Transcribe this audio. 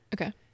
Okay